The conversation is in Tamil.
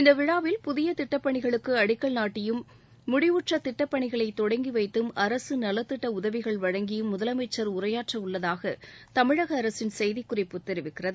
இந்த விழாவில் புதிய திட்டப்பணிகளுக்கு அடிக்கல் நாட்டியும் முடிவுற்ற திட்டப் பணிகளை தொடங்கி வைத்தும் அரசு நலத்திட்ட உதவிகள் வழங்கியும் முதலமைச்சர் உரையாற்ற உள்ளதாக தமிழக அரசின் செய்திக்குறிப்பு தெரிவிக்கிறது